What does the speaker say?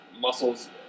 muscles